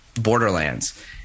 Borderlands